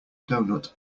doughnut